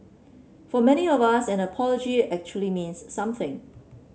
for many of us an apology actually means something